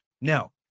Now